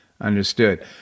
Understood